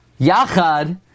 Yachad